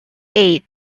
eight